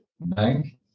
bank